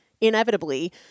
inevitably